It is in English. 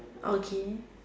okay